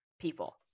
people